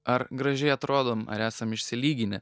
ar gražiai atrodom ar esam išsilyginę